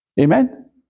Amen